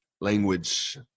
Language